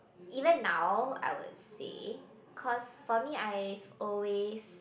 even now I would say cause for me I've always